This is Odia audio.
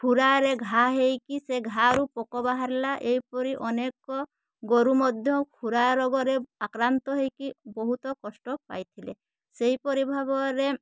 ଖୁରାରେ ଘା ହେଇକି ସେ ଘା ରୁ ପୋକ ବାହାରିଲା ଏପରି ଅନେକ ଗୋରୁ ମଧ୍ୟ ଖୁରା ରୋଗରେ ଆକ୍ରାନ୍ତ ହେଇକି ବହୁତ କଷ୍ଟ ପାଇଥିଲେ ସେହିପରି ଭାବରେ